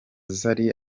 zari